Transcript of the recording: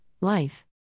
life